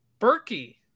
Berkey